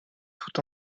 tout